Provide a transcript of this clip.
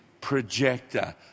projector